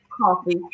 Coffee